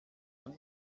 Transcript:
man